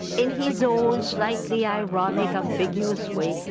in his own slightly ironic, ambiguous way,